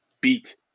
beat